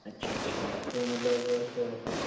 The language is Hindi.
अच्छा अच्छा तो मतलब परसों